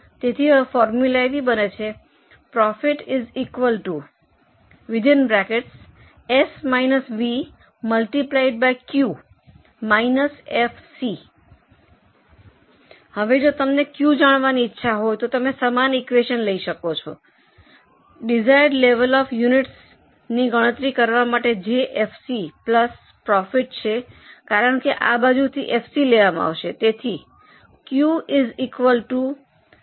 તેથી Profit Q FC હવે જો તમને ક્યૂ જાણવાની ઇચ્છા હોય તો તમે સમાન ઇક્યુએશન લઈ શકો છો દિશાયેંર્ડ લેવલ ઑફ યુનિટસનો ગણતરી કરવા માટે જે એફસી પ્લસ પ્રોફિટ છે કારણ કે આ બાજુ એફસી લેવામાં આવશે